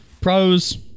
Pros